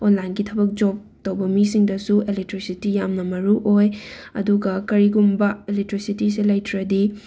ꯑꯣꯟꯂꯥꯏꯟꯒꯤ ꯊꯕꯛ ꯖꯣꯕ ꯇꯧꯕ ꯃꯤꯁꯤꯡꯗꯁꯨ ꯑꯦꯂꯦꯛꯇ꯭ꯔꯤꯁꯤꯇꯤ ꯌꯥꯝꯅ ꯃꯔꯨ ꯑꯣꯏ ꯑꯗꯨꯒ ꯀꯔꯤꯒꯨꯝꯕ ꯑꯦꯂꯦꯛꯇ꯭ꯔꯤꯁꯤꯇꯤꯁꯦ ꯂꯩꯇ꯭ꯔꯗꯤ